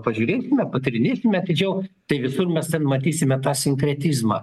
pažiūrėsime patyrinėsime atidžiau tai visur mes ten matysime tą sinkretizmą